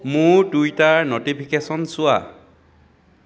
মোৰ Twitter notification চোৱা